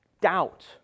doubt